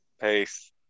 Peace